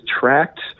tracked